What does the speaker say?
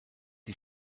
die